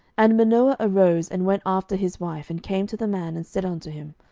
and manoah arose, and went after his wife, and came to the man, and said unto him,